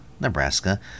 Nebraska